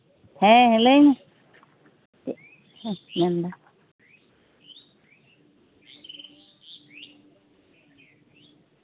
ᱦᱮᱸ ᱞᱟᱹᱭ ᱢᱮ ᱦᱩᱸ ᱪᱮᱫ ᱮᱢ ᱢᱮᱱᱫᱟ